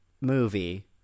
movie